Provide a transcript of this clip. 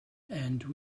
and